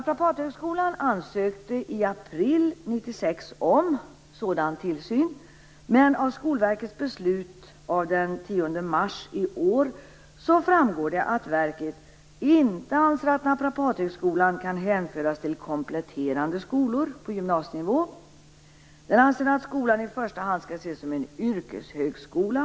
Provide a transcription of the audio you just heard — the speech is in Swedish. Naprapathögskolan ansökte i april 1996 om sådan tillsyn, men av Skolverkets beslut av den 10 mars i år framgår följande: Verket anser inte att Naprapathögskolan kan hänföras till kompletterande skolor på gymnasienivå utan att den i första hand skall ses som en yrkeshögskola.